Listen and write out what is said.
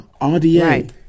RDA